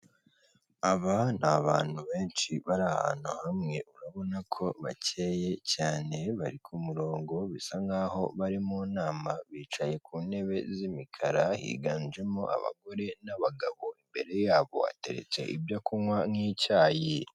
Umuntu wambaye ishati y'amaboko karuvati ya rujeborodo isaha y'umukara ku kuboko ari kuvugira muri mayikorofone birashoboka ko ari kuvuga ibyo uruganda rw'icyayi rwa Rutsiro rukora.